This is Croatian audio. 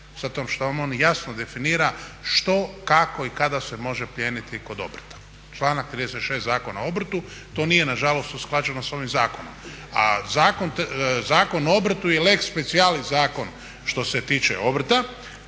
Zato što vam on jasno definira što, kako i kada se može plijeniti kod obrta. Članak 36. Zakona o obrtu to nije nažalost usklađeno sa ovim zakonom. A Zakon o obrtu je lex specialis zakon što se tiče obrta.